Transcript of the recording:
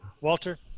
Walter